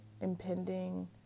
impending